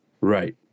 Right